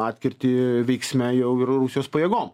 atkirtį veiksme jau ir rusijos pajėgom